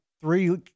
three